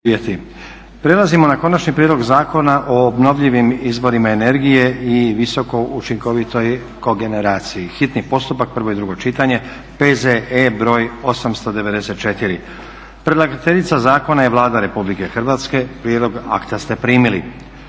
Prelazimo na: - Konačni prijedlog Zakona o obnovljivim izvorima energije i visoko učinkovitoj kogeneraciji, hitni postupak, prvo i drugo čitanje, P.Z.E.BR.894. Predlagateljica zakona je Vlada Republike Hrvatske. Prijedlog akta ste primili.